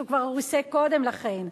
שהוא כבר ריסק קודם לכן.